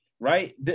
Right